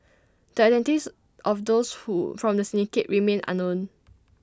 the identities of those who from the syndicate remain unknown